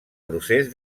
procés